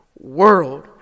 world